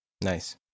Nice